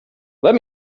let